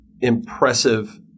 impressive